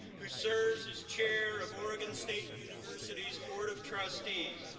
who serves as chair of oregon state university's board of trustees.